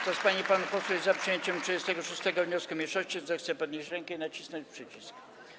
Kto z pań i panów posłów jest za przyjęciem 36. wniosku mniejszości, zechce podnieść rękę i nacisnąć przycisk.